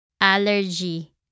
allergy